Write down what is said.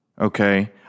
Okay